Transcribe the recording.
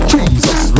Jesus